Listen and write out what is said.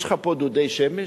יש לך פה דודי שמש?